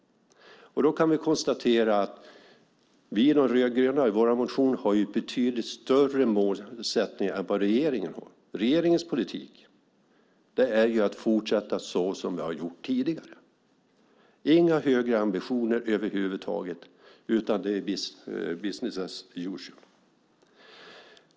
Vi kan konstatera att vi, De rödgröna, i vår motion har betydligt större målsättningar än regeringen har. Regeringens politik är ju att fortsätta som man har gjort tidigare. Man har inga högre ambitioner, utan det är business as usual.